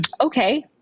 okay